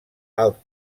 alt